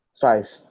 five